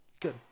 Good